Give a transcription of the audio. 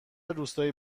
روستایی